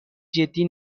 جدی